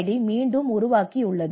D மீண்டும் உருவாக்கியுள்ளது